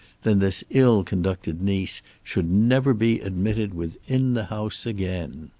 then this ill-conducted niece should never be admitted within the house again.